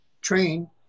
train